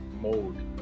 mode